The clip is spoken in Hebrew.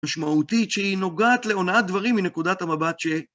משמעותית שהיא נוגעת לעונת דברים מנקודת המבט ש...